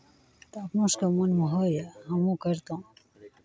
तऽ अपनो सबके मोनमे होइए हमहूँ करितहुँ